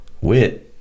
Wit